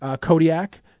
Kodiak